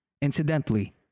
Incidentally